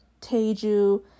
Teju